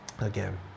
again